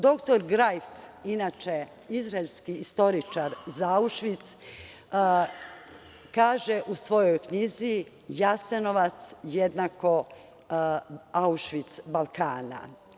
Doktor Grajf, inače, izraelski istoričar za Aušvic kaže u svojoj knjizi: „Jasenovac jednako Aušvic Balkana“